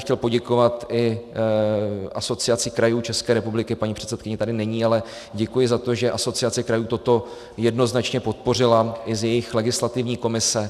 Chtěl bych poděkovat i Asociaci krajů České republiky, paní předsedkyně tady není, ale děkuji za to, že Asociace krajů toto jednoznačně podpořila i z jejich legislativní komise.